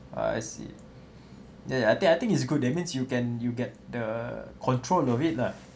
ah I see eh I think I think it's good that means you can you get the control of it lah